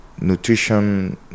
nutrition